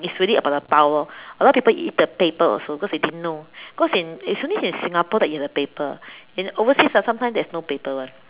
it's really about the pau lor a lot of people eat the paper also because they didn't know because in it's only in Singapore that you have the paper in overseas ah sometimes there's no paper [one]